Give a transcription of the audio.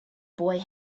boy